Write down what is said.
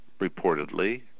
reportedly